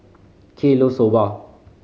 Kay loves Soba